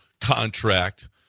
contract